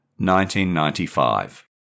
1995